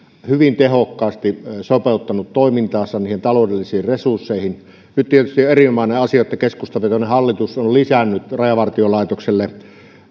hyvin tehokkaasti sopeuttanut toimintaansa taloudellisiin resursseihin nyt tietysti on erinomainen asia että keskustavetoinen hallitus on lisännyt rajavartiolaitokselle